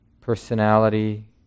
personality